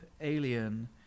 Alien